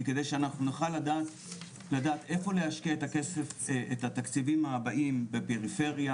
כי כדי שאנחנו נוכל לדעת איפה להשקיע את התקציבים הבאים בפריפריה,